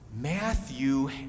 Matthew